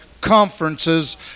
conferences